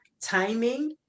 timing